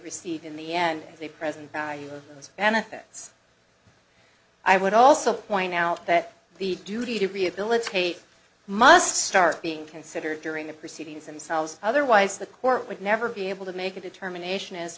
receive in the end the present value of those benefits i would also point out that the duty to rehabilitate must start being considered during the proceedings themselves otherwise the court would never be able to make a determination as